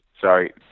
sorry